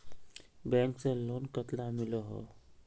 Bank से loan कतला मिलोहो?